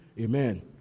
Amen